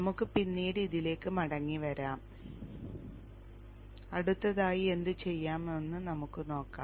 നമുക്ക് പിന്നീട് അതിലേക്ക് മടങ്ങിവരാം അടുത്തതായി എന്തുചെയ്യണമെന്ന് നമുക്ക് നോക്കാം